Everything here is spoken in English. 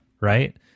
right